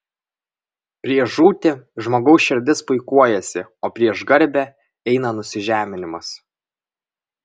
prieš žūtį žmogaus širdis puikuojasi o prieš garbę eina nusižeminimas